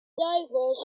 divers